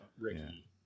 Ricky